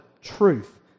truth